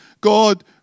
God